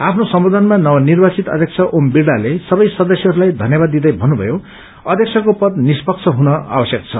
आफ्नो सम्बोधनमा नवनिर्वाचित अध्यक्ष ओम बिङ्लाले सबै सदस्यहरूलाई यन्यवाद दिँदै भन्नुभयो अध्यक्षको पद निष्पक्ष हुन आवश्यक छ